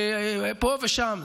פה ושם.